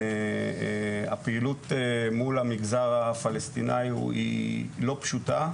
הפעילות מול המגזר הפלסטיני היא לא פשוטה,